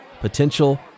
potential